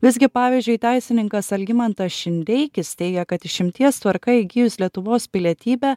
visgi pavyzdžiui teisininkas algimantas šindeikis teigia kad išimties tvarka įgijus lietuvos pilietybę